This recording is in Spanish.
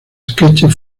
sketches